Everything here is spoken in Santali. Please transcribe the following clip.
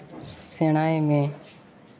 ᱥᱮᱬᱟᱭ ᱢᱮ